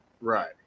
Right